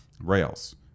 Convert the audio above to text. rails